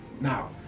Now